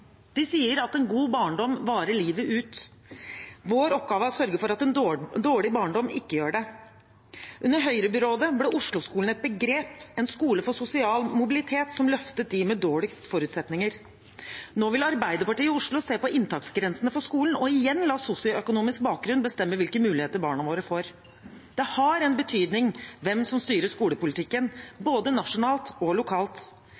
De sier at en god barndom varer livet ut. Vår oppgave er å sørge for at en dårlig barndom ikke gjør det. Under Høyre-byrådet ble Osloskolen et begrep – en skole for sosial mobilitet, som løftet dem med dårligst forutsetninger. Nå vil Arbeiderpartiet i Oslo se på inntaksgrensene for skolen og igjen la sosioøkonomisk bakgrunn bestemme hvilke muligheter barna våre får. Det har en betydning hvem som styrer skolepolitikken, både nasjonalt og lokalt.